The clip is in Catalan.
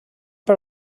per